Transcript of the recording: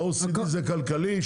ב-OECD זה כלכלי,